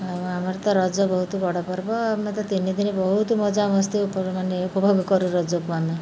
ଆଉ ଆମର ତ ରଜ ବହୁତ ବଡ଼ ପର୍ବ ଆମେ ତ ତିନି ଦିନି ବହୁତ ମଜା ମସ୍ତି ମାନେ ଉପଭୋଗ କରୁ ରଜକୁ ଆମେ